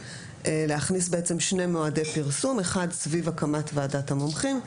נכניס שני מועדי פרסום: האחד סביב הקמת ועדת המומחים,